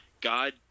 God